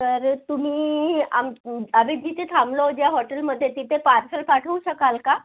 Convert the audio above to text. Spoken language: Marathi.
तर तुम्ही आम आधी जिथे थांबलो ज्या हॉटेलमध्ये तिथे पार्सल पाठवू शकाल का